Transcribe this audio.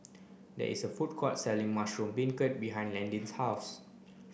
there is a food court selling mushroom beancurd behind Landyn's house